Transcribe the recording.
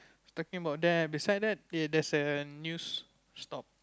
talking about them beside that they there's a new stall